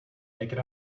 naked